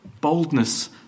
boldness